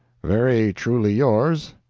very truly yours,